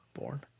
born